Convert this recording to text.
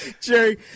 Jerry